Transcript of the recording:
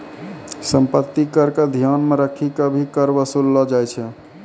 सम्पत्ति कर क ध्यान मे रखी क भी कर वसूललो जाय छै